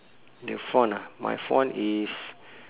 the font ah my font is